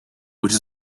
which